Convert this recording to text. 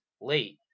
late